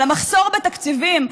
על המחסור בתקציבים,